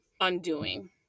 undoing